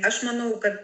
aš manau kad